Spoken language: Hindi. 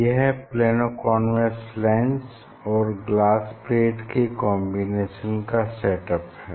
यह प्लेनो कॉन्वेक्स लेंस और ग्लास प्लेट के कॉम्बिनेशन का सेट अप है